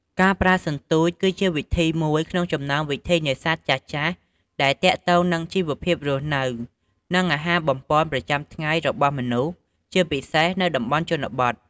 ការប្រើសន្ទូចគឺជាវិធីមួយក្នុងចំណោមវិធីនេសាទចាស់ៗដែលទាក់ទងនឹងជីវភាពរស់នៅ និងអាហារបំប៉នប្រចាំថ្ងៃរបស់មនុស្ស ជាពិសេសនៅតាមជនបទ។